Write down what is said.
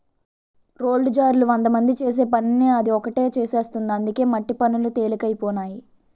బుల్డోజర్లు వందమంది చేసే పనిని అది ఒకటే చేసేస్తుంది అందుకే మట్టి పనులు తెలికైపోనాయి